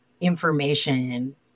information